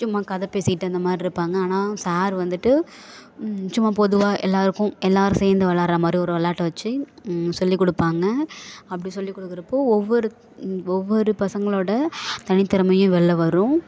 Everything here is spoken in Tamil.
சும்மா கதை பேசிக்கிட்டு அந்தமாதிரி இருப்பாங்க ஆனால் சார் வந்துட்டு சும்மா பொதுவாக எல்லோருக்கும் எல்லோரும் சேர்ந்து விளாட்றா மாதிரி ஒரு விளாட்டு வச்சு சொல்லிக்கொடுப்பாங்க அப்படி சொல்லிக் கொடுக்குறப்போ ஒவ்வொரு இந்த ஒவ்வொரு பசங்களோடய தனி திறமையும் வெளில வரும்